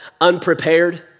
unprepared